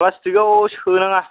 प्लास्टिकाव सोनाङा